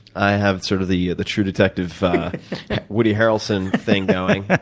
i have sort of the the true detective woody harrelson thing going.